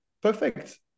Perfect